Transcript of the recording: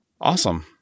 Awesome